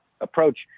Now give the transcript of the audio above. approach –